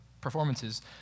performances